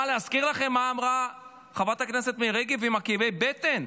להזכיר לכם מה אמרה חברת הכנסת מירי רגב עם הכאבי בטן?